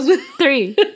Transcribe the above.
Three